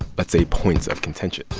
but say, points of contention.